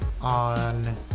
on